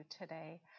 today